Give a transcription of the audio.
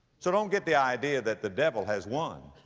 so don't get the idea that the devil has won.